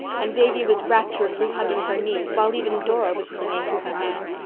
and davy was rapturously hugging her knees, while even dora was clinging to her hand.